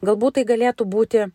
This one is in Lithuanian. galbūt tai galėtų būti